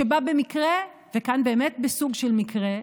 שבא במקרה וכאן באמת בסוג של מקרה,